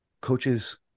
Coaches